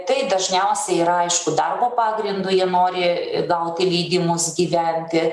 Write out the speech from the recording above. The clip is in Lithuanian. tai dažniausiai yra aišku darbo pagrindu jie nori gauti leidimus gyventi